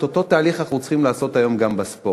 את אותו תהליך אנחנו צריכים לעשות היום גם בספורט.